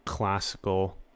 Classical